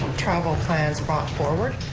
travel plans brought forward,